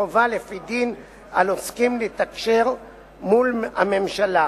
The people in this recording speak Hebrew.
חובה לפי דין על עוסקים לתקשר מול הממשלה.